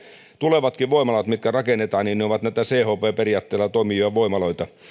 tulevatkin voimalat mitkä rakennetaan ovat näitä chp periaatteella toimivia voimaloita